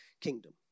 kingdom